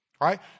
right